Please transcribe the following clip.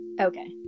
Okay